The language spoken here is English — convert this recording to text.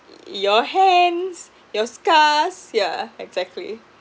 your hands your scars yeah exactly